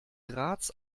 graz